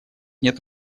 нет